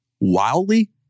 wildly